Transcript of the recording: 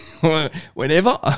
Whenever